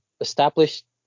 established